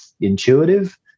intuitive